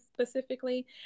specifically